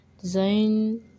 design